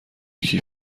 کیف